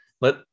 let